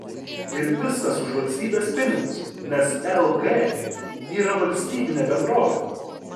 ir viskas už valstybės pinigus nes lg yra valstybinė bendrovė